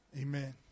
Amen